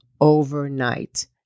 overnight